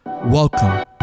Welcome